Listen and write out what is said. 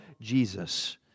Jesus